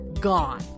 Gone